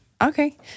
Okay